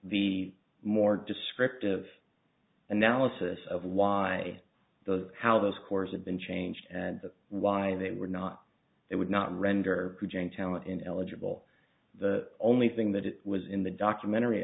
the more descriptive analysis of why those how the scores have been changed and why they were not they would not render you jane talent an eligible the only thing that it was in the documentary